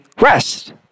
rest